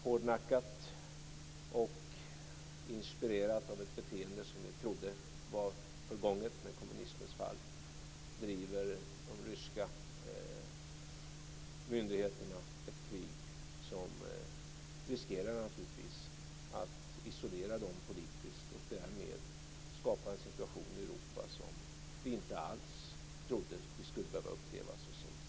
Hårdnackat och inspirerat av ett beteende som vi trodde var förgånget med kommunismens fall driver de ryska myndigheterna ett krig som naturligtvis riskerar att isolera dem politiskt och därmed skapa en situation i Europa som vi så sent som för några år sedan inte trodde att vi skulle behöva uppleva.